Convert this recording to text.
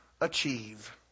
achieve